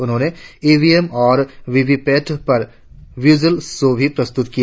उन्होंने ईवीएम और वीवीपेट पर विज़ुअल शो भी प्रस्तुत किया